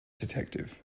detective